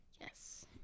Yes